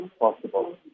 possible